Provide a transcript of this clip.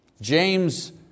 James